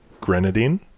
Grenadine